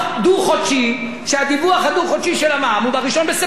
שהדיווח הדו-חודשי על המע"מ הוא ב-1 בספטמבר ולא ב-1 באוגוסט.